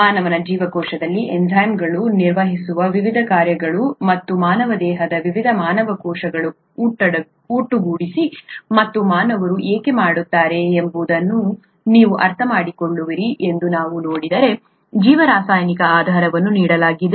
ಮಾನವ ಕೋಶದಲ್ಲಿ ಎನ್ಝೈಮ್ಗಳು ನಿರ್ವಹಿಸುವ ವಿವಿಧ ಕಾರ್ಯಗಳು ಮತ್ತು ಮಾನವ ದೇಹದ ವಿವಿಧ ಮಾನವ ಕೋಶಗಳನ್ನು ಒಟ್ಟುಗೂಡಿಸಿ ಮತ್ತು ಮಾನವರು ಏಕೆ ಮಾಡುತ್ತಾರೆ ಎಂಬುದನ್ನು ನೀವು ಅರ್ಥಮಾಡಿಕೊಳ್ಳುವಿರಿ ಎಂದು ನೀವು ನೋಡಿದರೆ ಜೀವರಾಸಾಯನಿಕ ಆಧಾರವನ್ನು ನೀಡಲಾಗಿದೆ